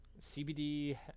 CBD